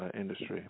industry